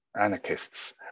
anarchists